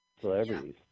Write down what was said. celebrities